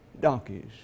donkeys